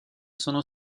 sono